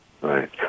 Right